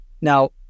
Now